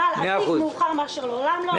עדיף מאוחר מאשר לעולם לא,